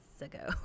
ago